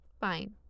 fine